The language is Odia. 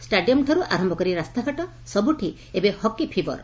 ଷ୍ଟାଡିୟମଠାରୁ ଆରମ୍ କରି ରାସ୍ତାଘାଟ ସବୁଠି ଏବେ ହକି ଫିବର